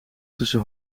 tussen